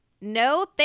No